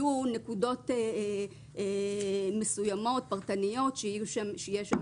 יהיו נקודות מסוימות פרטניות שיהיה שם